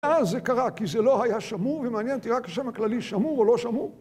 אז זה קרה, כי זה לא היה שמור, ומעניין אותי רק השם הכללי, שמור או לא שמור?